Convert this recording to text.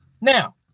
Now